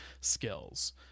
skills